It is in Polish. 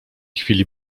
chwili